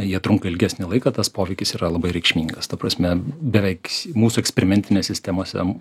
jie trunka ilgesnį laiką tas poveikis yra labai reikšmingas ta prasme beveik mūsų eksperimentinės sistemose